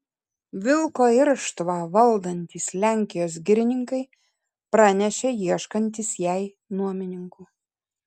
vilko irštvą valdantys lenkijos girininkai pranešė ieškantys jai nuomininkų